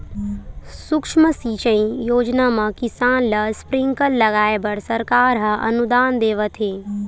सुक्ष्म सिंचई योजना म किसान ल स्प्रिंकल लगाए बर सरकार ह अनुदान देवत हे